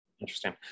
Interesting